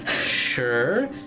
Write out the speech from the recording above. sure